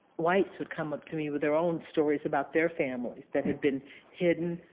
whites would come up to me with their own stories about their families that had been hidden,